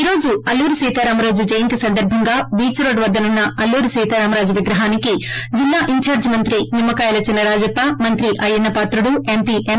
ఈ రోజు అల్లూరి సీతారామరాజు జయంతి సందర్భంగా బీచ్ రోడ్ వద్ద నున్న అల్లూరి సీతారామ రాజు విగ్రహానికి జిల్లా ఇంచార్ల్ మంత్రి నిమ్మకాయల చిన్సరాజప్ప మంత్రి అయ్యన్ప పాత్రుడు ఎంపి ఎం